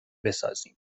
بسازیم